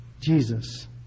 Jesus